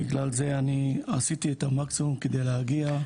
לכן אני עשיתי את המקסימום על מנת להגיע.